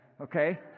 okay